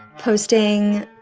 posting,